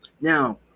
Now